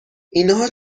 اینها